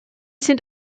sind